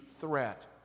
threat